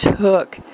took